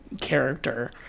character